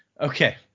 Okay